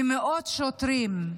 ומאות שוטרים,